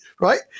Right